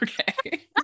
okay